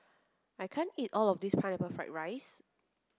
I can't eat all of this pineapple fried rice